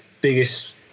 biggest